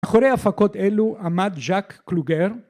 ‫אחורי ההפקות אלו, עמד ז'ק קלוגר.